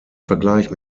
vergleich